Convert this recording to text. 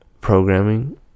Programming